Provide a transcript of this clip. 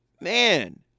Man